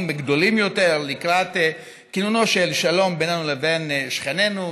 גדולים יותר לקראת כינונו של שלום בינינו לבין שכנינו,